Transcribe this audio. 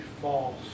false